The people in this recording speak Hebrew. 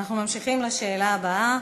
אנחנו ממשיכים לשאלה הבאה.